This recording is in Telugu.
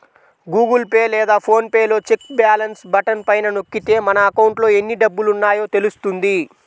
గూగుల్ పే లేదా ఫోన్ పే లో చెక్ బ్యాలెన్స్ బటన్ పైన నొక్కితే మన అకౌంట్లో ఎన్ని డబ్బులున్నాయో తెలుస్తుంది